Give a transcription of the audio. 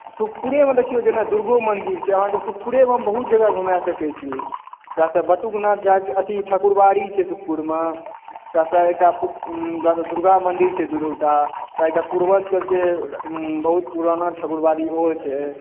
सुखपूरेमे जेना देखिऔ दुर्गो मन्दिर छै अहाँकेँ सुखपूरेमे बहुत जगह घुमा सकै छी सएह सब बटुकनाथ एथी ठाकुरवाड़ी छै सुखपुरमे फेर एकटा दुर्गा मंदिर छै दू दूटा एकटा पुर्वज सबकेँ बहुत पुराना ठाकुरवाड़ी ओहो छै